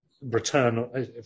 return